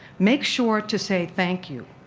make sure to say thank you.